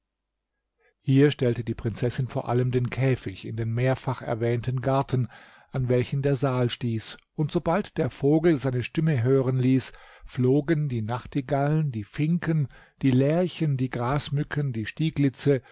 hier stellte die prinzessin vor allem den käfig in den mehrfach erwähnten garten an welchen der saal stieß und sobald der vogel seine stimme hören ließ flogen die nachtigallen die finken die lerchen die grasmücken die stieglitze